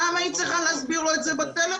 למה היא צריכה להסביר לו בטלפון?